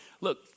Look